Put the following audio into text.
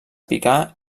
picar